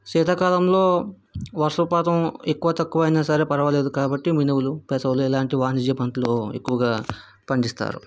శీతకాలంలో వర్షపాతం ఎక్కువ తక్కువ అయిన సరే పర్వాలేదు కాబట్టి మినుములు పెసలు ఇలాంటి వాణిజ్య పంటలు ఎక్కువగా పండిస్తారు